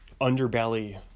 underbelly